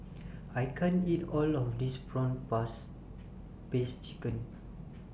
I can't eat All of This Prawn Paste Piece Chicken